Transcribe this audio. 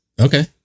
Okay